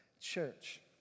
church